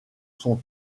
sont